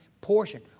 portion